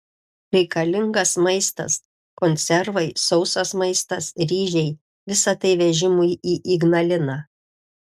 reikalingas maistas konservai sausas maistas ryžiai visa tai vežimui į ignaliną